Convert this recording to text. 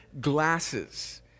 glasses